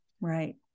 Right